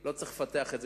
אתם, היה לכם מה להגיד.